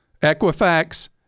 Equifax